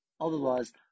otherwise